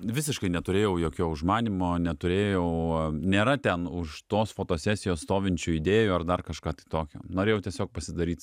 visiškai neturėjau jokio užmanymo neturėjau o nėra ten už tos fotosesijos stovinčių idėjų ar dar kažką tai tokio norėjau tiesiog pasidaryt